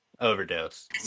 overdose